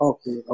Okay